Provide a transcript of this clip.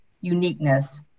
Uniqueness